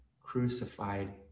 crucified